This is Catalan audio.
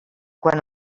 quan